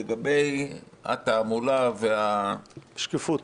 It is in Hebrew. לגבי התעמולה והשקיפות,